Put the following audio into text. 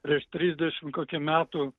prieš trisdešimt kokį metų